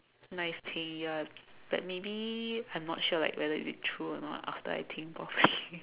nice thing ya but maybe I'm not sure like whether is it true or not after I think properly